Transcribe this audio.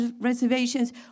reservations